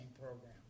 program